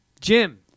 Jim